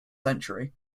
century